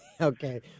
Okay